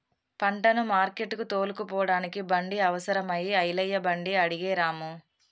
పంటను మార్కెట్టుకు తోలుకుపోడానికి బండి అవసరం అయి ఐలయ్య బండి అడిగే రాము